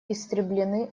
истреблены